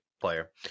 player